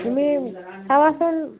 তুমি চাবাচোন